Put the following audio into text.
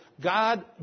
God